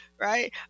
right